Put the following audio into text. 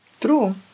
True